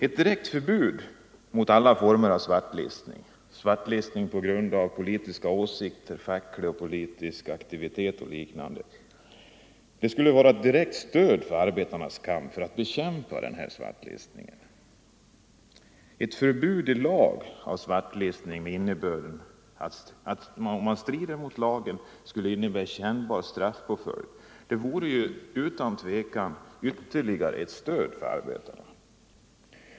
Ett direkt förbud mot alla former av svartlistning — på grund av politiska åsikter, facklig och politisk verksamhet osv. — skulle vara ett direkt stöd för arbetarna i deras kamp för att bekämpa denna svartlistning. Om brott mot detta förbud medförde kännbar straffpåföljd vore det utan tvivel ytterligare ett stöd för arbetarna.